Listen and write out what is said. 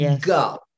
go